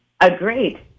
Agreed